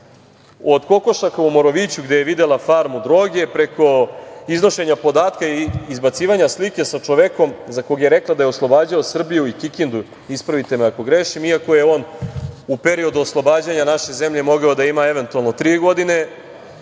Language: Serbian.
od kokošaka u Moraviću gde je videla farmu droge, preko iznošenja podatka i izbacivanja slike sa čovekom za koga je rekla da je oslobađao Srbiju i Kikindu, ispravite me ako grešim, iako je on u periodu oslobađanja naše zemlje mogao da ima, eventualno, tri godine